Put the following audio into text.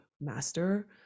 master